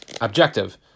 objective